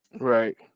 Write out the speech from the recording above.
Right